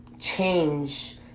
change